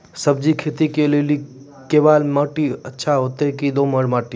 सब्जी खेती के लेली केवाल माटी अच्छा होते की दोमट माटी?